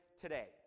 today